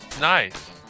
nice